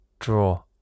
draw